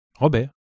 Robert